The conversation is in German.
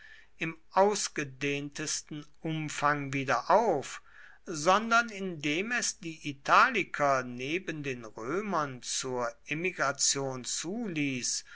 im ausgedehntesten umfang wieder auf sondern indem es die italiker neben den römern zur emigration zuließ